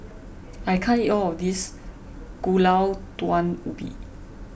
I can't eat all of this Gulai Daun Ubi